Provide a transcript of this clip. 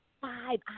five